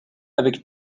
avec